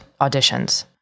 auditions